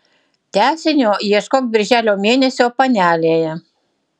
tęsinio ieškok birželio mėnesio panelėje